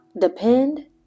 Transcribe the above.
depend